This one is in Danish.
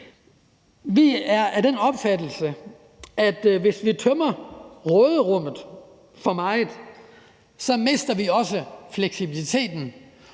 Vi er af den opfattelse, at hvis vi tømmer råderummet for meget, mister vi også fleksibiliteten